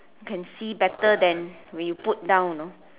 can see better than when you put down you know